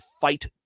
Fight